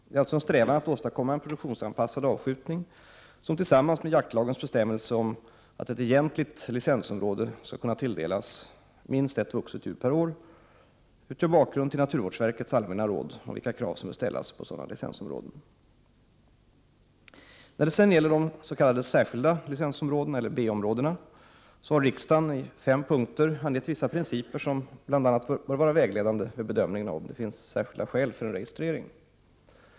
Det är alltså en strävan att åstadkomma en produktionsanpassad avskjutning som, tillsammans med jaktlagens bestämmelse om att ett egentligt licensområde skall kunna tilldelas minst ett vuxet djur per år, utgör bakgrunden till naturvårdsverkets allmänna råd om vilka krav som bör ställas på sådana licensområden. När det sedan gäller de s.k. särskilda licensområdena, eller B-områdena, har riksdagen i fem punkter angett vissa principer, som bl.a. bör vara vägledande vid bedömningen av om det finns särskilda skäl för en registrering.